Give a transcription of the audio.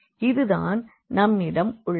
இதுதான் நம்மிடம் உள்ளது